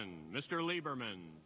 and mr lieberman